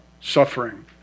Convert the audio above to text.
suffering